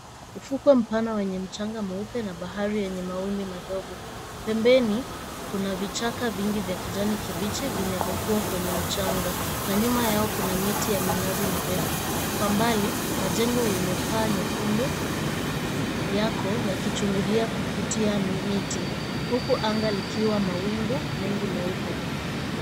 Ufukwe mpana wenye mchanga mweupe na bahari yenye mawimbi madogo, pembeni kuna vichaka vingi vya kijani kibichi vinavyokuwa kwenye mchanga na nyuma yao kuna miti ya minazi mirefu. Kwa mbali majengo yenye paa nyekundu yako yakichungulia kupitia miti huku anga likiwa mawingu mengi meupe.